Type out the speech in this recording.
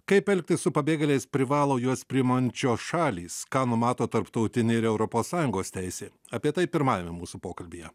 kaip elgtis su pabėgėliais privalo juos priimančios šalys ką numato tarptautinė ir europos sąjungos teisė apie tai pirmajame mūsų pokalbyje